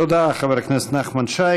תודה, חבר הכנסת נחמן שי.